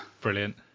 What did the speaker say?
Brilliant